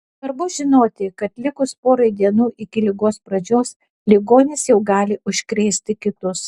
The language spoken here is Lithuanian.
svarbu žinoti kad likus porai dienų iki ligos pradžios ligonis jau gali užkrėsti kitus